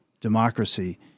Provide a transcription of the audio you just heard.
democracy